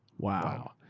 wow,